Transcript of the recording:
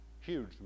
Huge